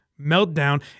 meltdown